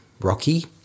rocky